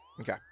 Okay